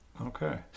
Okay